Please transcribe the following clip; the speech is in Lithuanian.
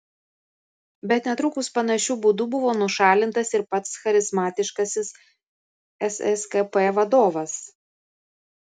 bet netrukus panašiu būdu buvo nušalintas ir pats charizmatiškasis sskp vadovas